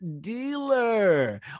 dealer